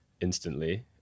instantly